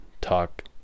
talk